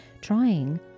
trying